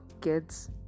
kids